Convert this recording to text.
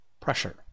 pressure